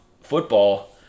football